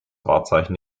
wahrzeichen